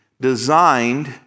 designed